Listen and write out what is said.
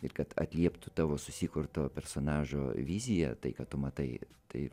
ir kad atlieptų tavo susikurto personažo viziją tai ką tu matai tai